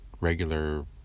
regular